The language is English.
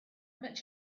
much